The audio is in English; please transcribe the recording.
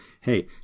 hey